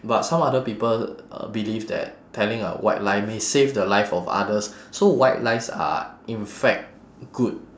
but some other people uh believe that telling a white lie may save the life of others so white lies are in fact good